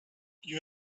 you